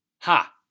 Ha